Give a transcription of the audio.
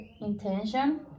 intention